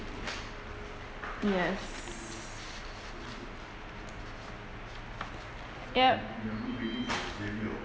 yes yup